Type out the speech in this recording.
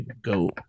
Go